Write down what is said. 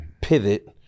pivot